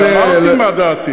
השאלה מה תהיה דעתכם,